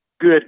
good